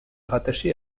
rattachée